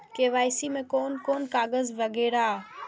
KYC में कोन कोन कागज वगैरा?